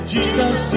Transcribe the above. Jesus